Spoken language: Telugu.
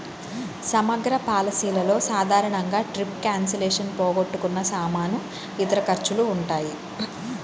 సమగ్ర పాలసీలలో సాధారణంగా ట్రిప్ క్యాన్సిలేషన్, పోగొట్టుకున్న సామాను, ఇతర ఖర్చులు ఉంటాయి